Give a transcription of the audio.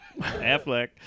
Affleck